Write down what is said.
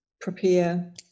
prepare